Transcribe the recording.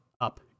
up